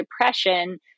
Depression